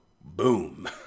boom